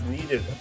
Needed